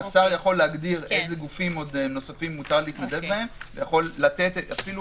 השר יכול להגדיר באילו גופים נוספים מותר להתנדב ויכול לתת אפילו